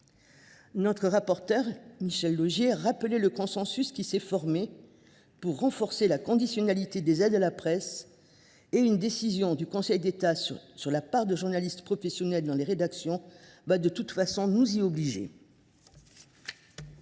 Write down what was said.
pour avis Michel Laugier a rappelé le consensus qui s’est formé pour renforcer la conditionnalité des aides à la presse. Une décision du Conseil d’État sur la part de journalistes professionnels dans les rédactions nous obligera